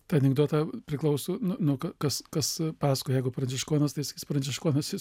tai anekdotą priklauso nuo ko kas kas pasakoja jeigu pranciškonas tai sakys pranciškonas jis